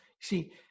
See